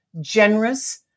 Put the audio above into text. generous